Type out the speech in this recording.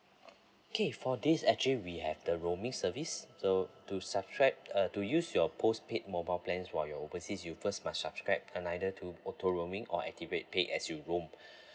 K for this actually we have the rooming service so to subscribe uh to use your postpaid mobile plans for your overseas you first must subscribe uh either to auto rooming or activate paid as you roam